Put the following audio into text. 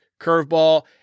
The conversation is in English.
curveball